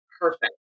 perfect